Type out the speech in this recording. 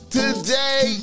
today